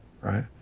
right